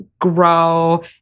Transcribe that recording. grow